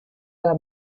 haga